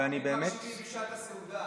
אין מקשיבים בשעת הסעודה.